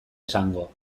esango